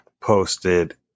posted